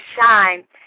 shine